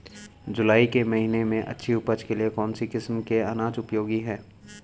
जुलाई के महीने में अच्छी उपज के लिए कौन सी किस्म के अनाज उपयोगी हैं?